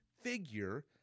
figure